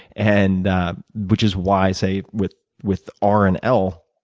and which is why, say, with with r and l,